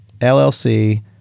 LLC